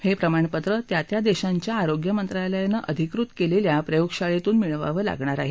हे प्रमाणपत्र त्या त्या देशांच्या आरोग्य मंत्रालयानं अधिकृत केलेल्या प्रयोगशाळेतून मिळवावं लागणार आहे